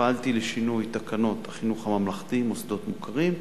פעלתי לשינוי תקנות חינוך ממלכתי (מוסדות מוכרים),